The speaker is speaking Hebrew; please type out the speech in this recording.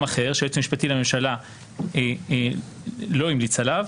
אדם אחר, שהיועץ המשפטי לממשלה לא המליץ עליו,